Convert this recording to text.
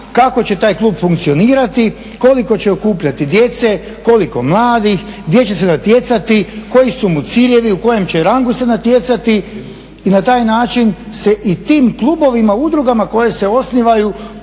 kako će taj klub funkcionirati, koliko će okupljati djece, koliko mladih, gdje će se natjecati, koji su mu ciljevi, u kojem će rangu se natjecati i na taj način se i tim klubovima, udrugama koje se osnivaju